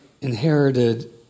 inherited